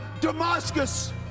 Damascus